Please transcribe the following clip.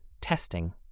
testing